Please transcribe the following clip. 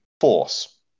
force